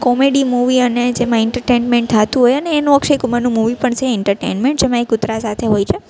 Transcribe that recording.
comedy movie અને જેમાં entertainment થતું હોય અને એનું અક્ષયકુમારનું મુવી પણ છે એન્ટેરટેન્મેન્ટ જેમાં એ કુતરા સાથે હોય છે